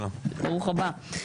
ברוך הבא.